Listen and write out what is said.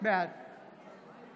בעד